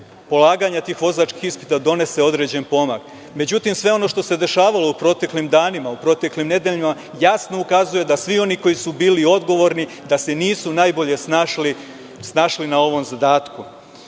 polaganja tih vozačkih ispita, donese određeni pomak.Međutim, sve ono što se dešavalo u proteklim danima, proteklim nedeljama jasno ukazuje da svi oni koji su bili odgovorni da se nisu najbolje snašli na ovom zadatku.